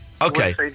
Okay